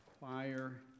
Choir